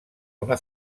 una